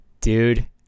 Dude